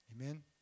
Amen